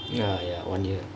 ya ya one year